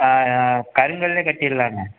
ஆ ஆ கருங்கல்லிலே கட்டிடலாங்க